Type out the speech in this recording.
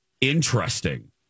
interesting